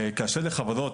כאשר לחברות,